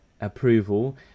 approval